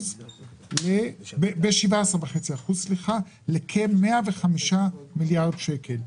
ב-17.5%, לכ-105 מיליארד שקל.